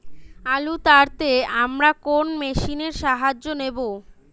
আলু তাড়তে আমরা কোন মেশিনের সাহায্য নেব?